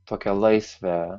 tokia laisvė